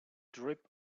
drip